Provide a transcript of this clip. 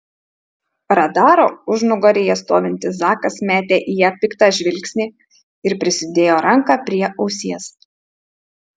radaro užnugaryje stovintis zakas metė į ją piktą žvilgsnį ir prisidėjo ranką prie ausies